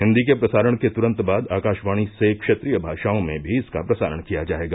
हिन्दी के प्रसारण के तुरंत बाद आकाशवाणी से क्षेत्रीय भाषाओं में भी इसका प्रसारण किया जाएगा